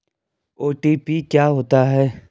OTP क्या होता है?